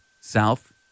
south